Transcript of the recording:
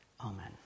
Amen